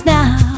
now